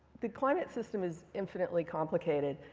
the climate system is infinitely complicated.